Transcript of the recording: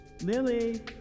Lily